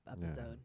episode